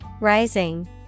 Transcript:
Rising